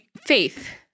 faith